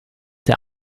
der